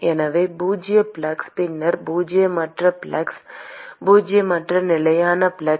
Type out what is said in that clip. எனவே பூஜ்ஜிய ஃப்ளக்ஸ் பின்னர் பூஜ்ஜியமற்ற ஃப்ளக்ஸ் பூஜ்ஜியமற்ற நிலையான ஃப்ளக்ஸ்